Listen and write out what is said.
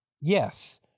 yes